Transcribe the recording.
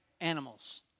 animals